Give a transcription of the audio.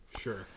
Sure